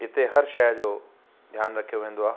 इते हर शइ जो ध्यानु रखियो वेंदो आहे